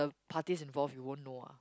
parties involved you won't know ah